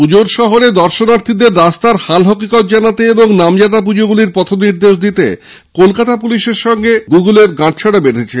পুজোর শহরে দর্শনার্থীদের রাস্তার হাল হকিকত জানাতে এবং নামজাদা পুজোগুলির পথনির্দেশ দিতে কলকাতা পুলিশ গুগলের সঙ্গে গাঁটছড়া বেঁধেছে